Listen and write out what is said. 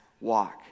walk